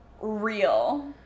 real